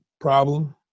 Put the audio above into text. problem